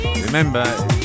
Remember